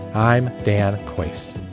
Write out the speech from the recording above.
i'm dan coates